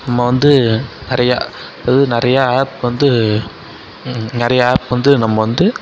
நம்ம வந்து நிறையா அதாவது நிறையா ஆப் வந்து நிறையா ஆப் வந்து நம்ம வந்து